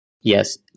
Yes